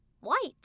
white